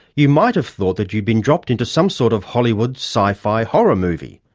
you might have thought that you'd been dropped into some sort of hollywood sci-fi horror movie,